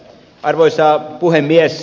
arvoisa puhemies